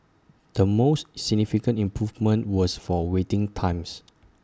the most significant improvement was for waiting times